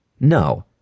No